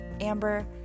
Amber